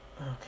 Okay